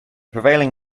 prevailing